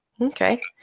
Okay